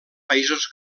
països